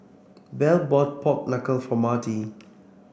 Bell bought Pork Knuckle for Marti